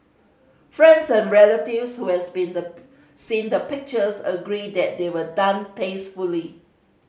friends and relatives who has been the seen the pictures agree that they were done tastefully